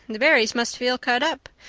the barrys must feel cut up.